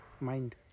mind